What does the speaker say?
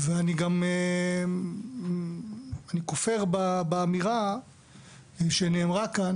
אני כופר באמירה שנאמרה כאן